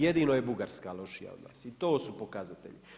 Jedino je Bugarska lošija od nas i to su pokazatelji.